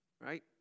right